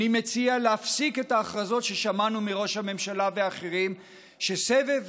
אני מציע להפסיק את ההכרזות ששמענו מראש הממשלה ואחרים שבסבב